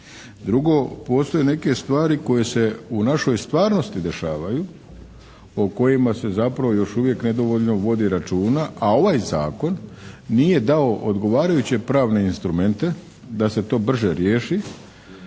Drugo, postoje neke stvari koje se u našoj stvarnosti dešavaju o kojima se zapravo još uvijek nedovoljno vodi računa, a ovaj zakon nije dao odgovarajuće pravne instrumente da se to brže riješi